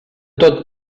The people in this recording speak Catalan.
tot